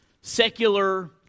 secular